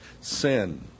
sin